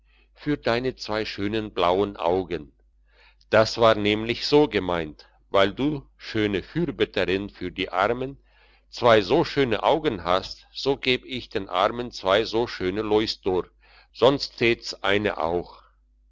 für deine zwei schönen blauen augen das war nämlich so gemeint weil du schöne fürbitterin für die armen zwei so schöne augen hast so geb ich den armen zwei so schöne louisdor sonst tät's eine auch